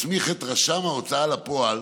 מסמיך את רשם ההוצאה לפועל